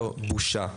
זו בושה.